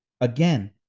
again